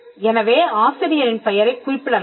எனவே ஆசிரியரின் பெயரைக் குறிப்பிடலாம்